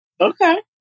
okay